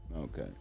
Okay